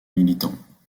militants